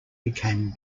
became